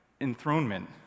enthronement